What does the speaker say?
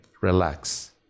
Relax